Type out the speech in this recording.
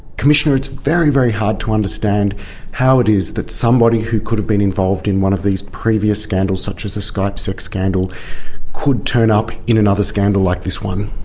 commissioner, it's very, very hard to understand how it is that somebody who could have been involved in one of these previous scandals such as the skype sex scandal could turn up in another scandal like this one.